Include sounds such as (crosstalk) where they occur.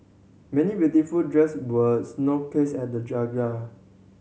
many beautiful dress were snow cased at the (unintelligible)